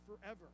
forever